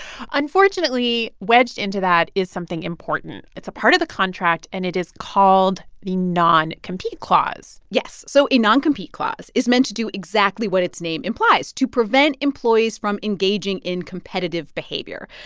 unfortunately, wedged into that is something important. it's a part of the contract, and it is called the non-compete clause yes. so a non-compete clause is meant to do exactly what its name implies to prevent employees from engaging in competitive behavior.